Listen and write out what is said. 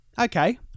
okay